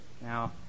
Now